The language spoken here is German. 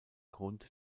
grund